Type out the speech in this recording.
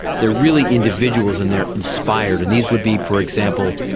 they are really individuals and they are inspired and these would be, for example,